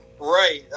Right